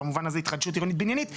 במובן הזה התחדשות עירונית בניינית,